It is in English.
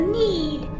need